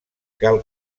cal